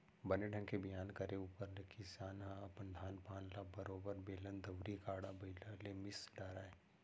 बने ढंग के बियान करे ऊपर ले किसान ह अपन धान पान ल बरोबर बेलन दउंरी, गाड़ा बइला ले मिस डारय